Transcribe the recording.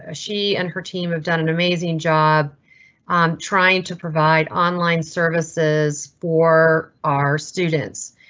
ah she and her team have done an amazing job trying to provide online services for our students,